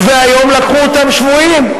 והיום לקחו אותם שבויים.